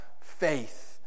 faith